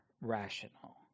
rational